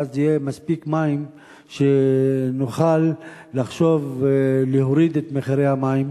ואז יהיה מספיק מים ונוכל לחשוב על הורדת מחירי המים.